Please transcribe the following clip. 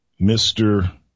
Mr